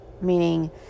meaning